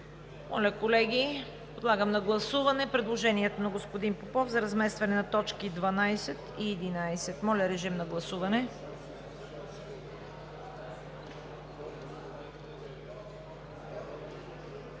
Моля, колеги, подлагам на гласуване предложението на господин Попов за разместване на точки 12 и 11. Гласували